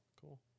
Cool